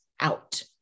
out